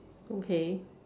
okay